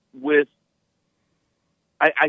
with—I